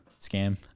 scam